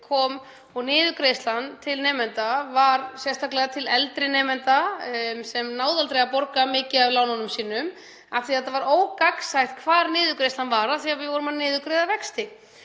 kerfi og niðurgreiðslan til nemenda var sérstaklega vegna eldri nemenda sem náðu aldrei að borga mikið af lánunum sínum og það var ógagnsætt hvar niðurgreiðslan var af því að við vorum að niðurgreiða vexti.